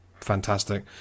fantastic